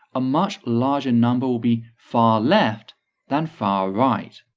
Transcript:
a much larger number will be far left than far right.